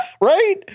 right